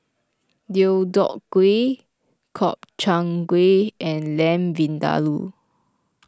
Deodeok Gui Gobchang Gui and Lamb Vindaloo